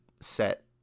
set